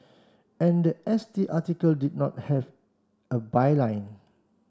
and the S T article did not have a byline